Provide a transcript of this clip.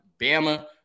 Bama